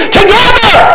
together